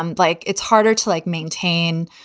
um like, it's harder to, like, maintain.